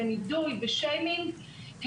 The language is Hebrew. שיימינג ונידוי,